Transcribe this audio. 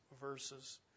verses